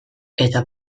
eta